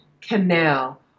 canal